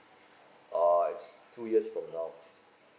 ah it's two years from now